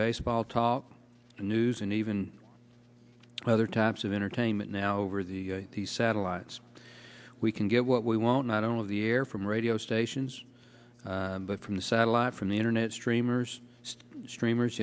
baseball talk news and even other types of entertainment now over the satellites we can get what we want not only the air from radio stations but from the satellite from the internet streamers streamers